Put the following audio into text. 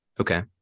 Okay